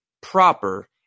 proper